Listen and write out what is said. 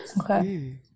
Okay